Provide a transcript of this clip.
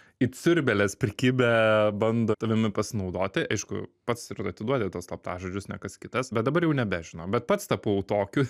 it siurbėlės prikibę bando tavimi pasinaudoti aišku pats ir atiduoti tuos slaptažodžius ne kas kitas bet dabar jau nebe žinok bet pats tapau tokiu